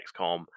XCOM